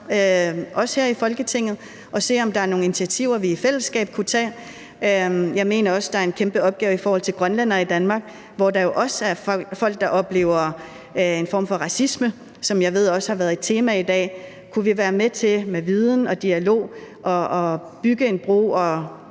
også her i Folketinget og se, om der er nogle initiativer, vi i fællesskab kunne tage. Jeg mener også, der er en kæmpeopgave i forhold til grønlændere i Danmark, hvor der jo også er folk, der oplever en form for racisme, som jeg ved også har været et tema i dag. Kunne vi med viden og dialog være med til